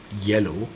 yellow